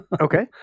Okay